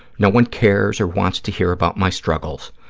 no one cares or wants to hear about my struggles,